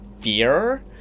fear